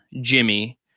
Jimmy